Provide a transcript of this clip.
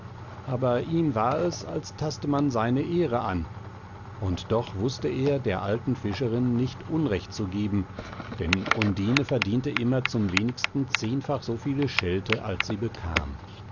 aber ihm war es als taste man seine ehre an und doch wußte er der alten fischerin nicht unrecht zu geben denn undine verdiente immer zum wenigsten zehnfach so viele schelte als sie bekam